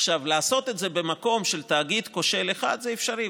לעשות את זה במקום של תאגיד כושל אחד זה אפשרי,